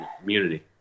community